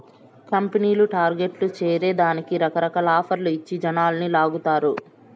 కంపెనీలు టార్గెట్లు చేరే దానికి రకరకాల ఆఫర్లు ఇచ్చి జనాలని లాగతారు